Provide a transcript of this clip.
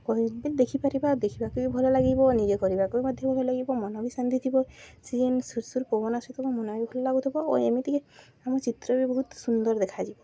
କହି ବି ଦେଖିପାରିବା ଦେଖିବାକୁ ବି ଭଲ ଲାଗିବ ନିଜେ କରିବାକୁ ବି ମଧ୍ୟ ଭଲ ଲାଗିବ ମନ ବି ଶାନ୍ତି ଥିବ ସେି ଯେନ୍ ସୁ ଲୁ ସୁଲ୍ ପବନ ସହିତ ମ ମନ ବି ଭଲ ଲାଗୁଥିବ ଓ ଏମିତିକି ଆମ ଚିତ୍ର ବି ବହୁତ ସୁନ୍ଦର ଦେଖାଯିବ